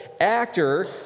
actor